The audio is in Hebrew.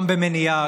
גם במניעה,